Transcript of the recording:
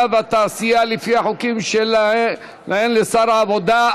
והתעשייה לפי החוקים שהוצגו לעיל לשר העבודה,